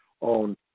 on